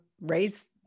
raise